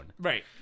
Right